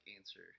answer